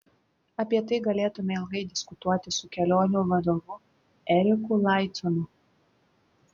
apie tai galėtume ilgai diskutuoti su kelionių vadovu eriku laiconu